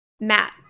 Matt